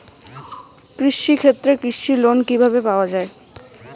কৃষি ক্ষেত্রে কৃষি লোন কিভাবে পাওয়া য়ায়?